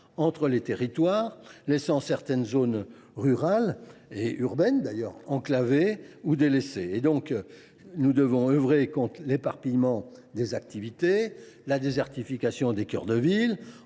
entre les territoires, laissant certaines zones rurales et urbaines enclavées ou délaissées. Nous devons donc œuvrer contre l’éparpillement des activités et la désertification des cœurs de ville,